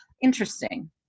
Interesting